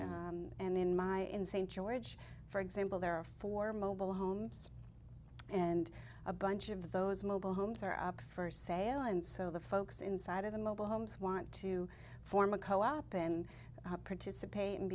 and in my in st george for example there are four mobile homes and a bunch of those mobile homes are up for sale and so the folks inside of the mobile homes want to form a co op and participate and